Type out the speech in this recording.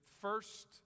first